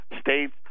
states